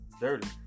dirty